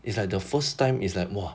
it's like the first time is like more